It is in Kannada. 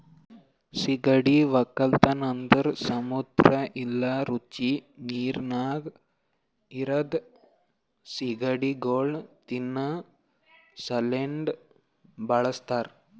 ಸೀಗಡಿ ಒಕ್ಕಲತನ ಅಂದುರ್ ಸಮುದ್ರ ಇಲ್ಲಾ ರುಚಿ ನೀರಿನಾಗ್ ಇರದ್ ಸೀಗಡಿಗೊಳ್ ತಿನ್ನಾ ಸಲೆಂದ್ ಬಳಸ್ತಾರ್